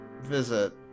Visit